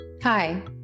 Hi